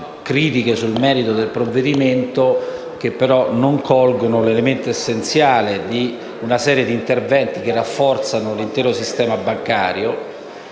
sul merito del provvedimento, che però non colgono l'elemento essenziale di una serie di interventi che rafforzano l'intero sistema bancario;